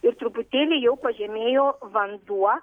ir truputėlį jau pažemėjo vanduo